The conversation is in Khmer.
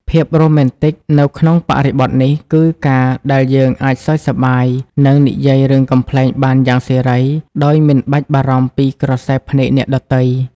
ភាពរ៉ូមែនទិកនៅក្នុងបរិបទនេះ គឺការដែលយើងអាចសើចសប្បាយ និងនិយាយរឿងកំប្លែងបានយ៉ាងសេរី ដោយមិនបាច់បារម្ភពីក្រសែភ្នែកអ្នកដទៃ។